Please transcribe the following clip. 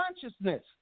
consciousness